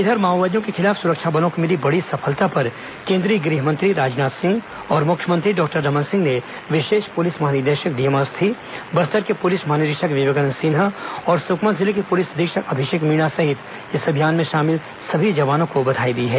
इधर माओवादियों के खिलाफ सुरक्षा बलों को मिली बड़ी सफलता पर केन्द्रीय गृहमंत्री राजनाथ सिंह और मुख्यमंत्री डॉक्टर रमन सिंह ने विशेष पुलिस महानिदेशक डीएम अवस्थी बस्तर के पूलिस महानिरीक्षक विवेकानंद सिन्हा और सुकमा जिले के पुलिस अधीक्षक अभिषेक मीणा सहित इस अभियान में शामिल सभी जवानों को बधाई दी है